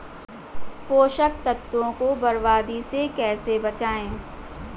पोषक तत्वों को बर्बादी से कैसे बचाएं?